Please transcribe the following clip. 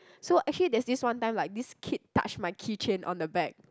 so actually there's this one time like this kid touch my keychain on the bag